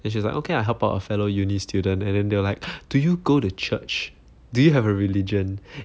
then she was like okay I help out a fellow uni student and then they were like do you go to church do you have a religion